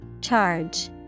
Charge